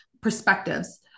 perspectives